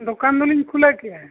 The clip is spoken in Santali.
ᱫᱳᱠᱟᱱ ᱫᱚᱞᱤᱧ ᱠᱷᱩᱞᱟᱹᱣ ᱠᱮᱜᱼᱟ